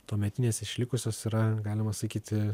tuometinės išlikusios yra galima sakyti